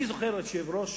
אני זוכר, אדוני היושב-ראש,